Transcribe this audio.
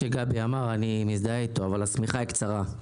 אני מזדהה עם מה שגבי אמר אבל השמיכה היא קצרה.